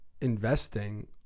investing